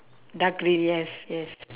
dark green yes yes